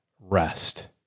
rest